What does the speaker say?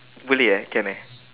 boleh eh can eh